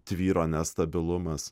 tvyro nestabilumas